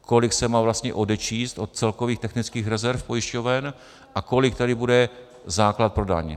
Kolik se má vlastně odečíst od celkových technických rezerv pojišťoven a kolik tady bude základ pro daň.